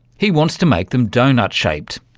he wants to make them donut shaped,